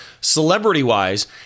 celebrity-wise